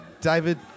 David